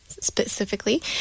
specifically